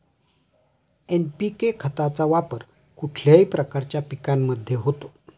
NPK खताचा वापर कुठल्या प्रकारच्या पिकांमध्ये होतो?